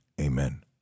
amen